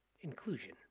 Inclusion